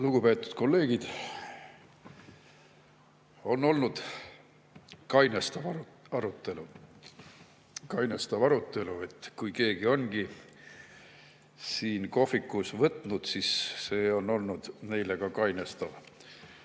Lugupeetud kolleegid! On olnud kainestav arutelu. Kainestav arutelu – nii et kui keegi ongi siin kohvikus võtnud, siis see on olnud neile ka kainestav.